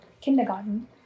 kindergarten